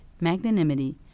magnanimity